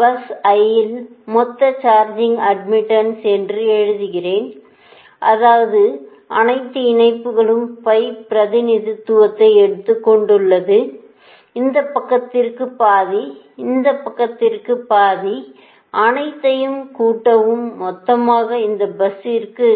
bus i இல் மொத்த charging admittance என்று நான் எழுதுகிறேன் அதாவது அனைத்து இணைப்புகளும் pi பிரதிநிதித்துவத்தை எடுத்துக்கொண்டு இந்த பக்கத்திற்கு பாதி இந்த பக்கத்திற்கு பாதி அனைத்தையும் கூட்டவும் மொத்தமாக இந்த பஸ்ஸிற்க்கு